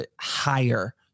higher